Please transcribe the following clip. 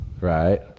right